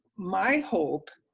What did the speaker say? my hope,